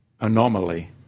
anomaly